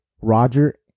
Roger